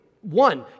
one